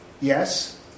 Yes